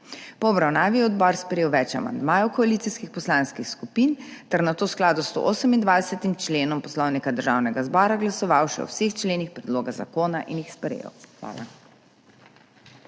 Po obravnavi je odbor sprejel več amandmajev koalicijskih poslanskih skupin ter nato v skladu s 128. členom Poslovnika Državnega zbora glasoval še o vseh členih predloga zakona in jih sprejel. Hvala.